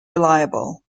reliable